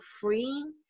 freeing